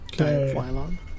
Okay